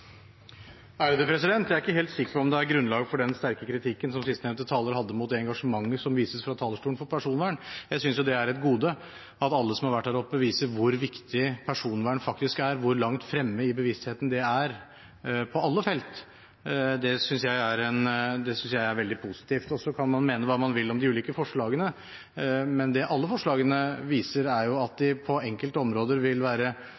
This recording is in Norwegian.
er grunnlag for den sterke kritikken som sistnevnte taler hadde mot det engasjementet som vises fra talerstolen for personvern. Jeg synes det er et gode at alle som har vært her oppe, viser hvor viktig personvern faktisk er, hvor langt fremme i bevisstheten det er på alle felt. Det synes jeg er veldig positivt. Så kan man mene hva man vil om de ulike forslagene, men det alle forslagene viser, er at de på enkelte områder vil